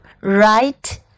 right